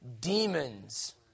Demons